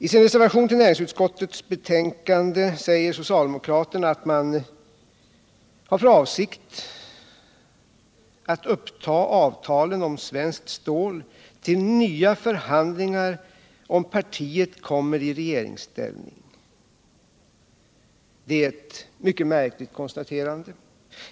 I sin reservation till näringsutskottets betänkande säger socialdemokraterna att man har för avsikt att uppta avtalen om Svenskt Stål till nya förhandlingar om partiet kommer i regeringsställning. Det är ett mycket märkligt konstaterande.